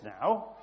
now